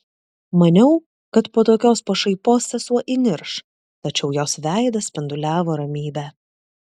maniau kad po tokios pašaipos sesuo įnirš tačiau jos veidas spinduliavo ramybe